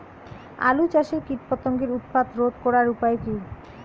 আলু চাষের কীটপতঙ্গের উৎপাত রোধ করার উপায় কী?